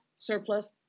surplus